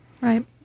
right